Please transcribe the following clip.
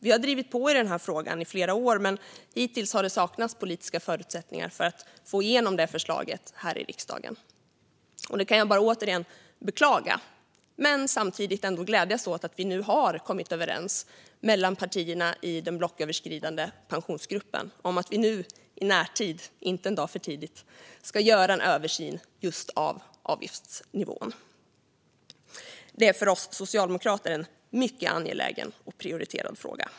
Vi har drivit på i denna fråga i flera år, men hittills har det saknats politiska förutsättningar att få igenom förslaget här i riksdagen. Detta kan jag bara återigen beklaga, men samtidigt kan jag glädjas åt att vi nu har kommit överens mellan partierna i den blocköverskridande Pensionsgruppen om att vi nu i närtid - inte en dag för tidigt! - ska göra en översyn av just avgiftsnivån. För oss socialdemokrater är det en mycket angelägen och prioriterad fråga.